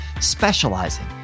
specializing